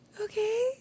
Okay